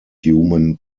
human